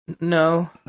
No